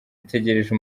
itegereje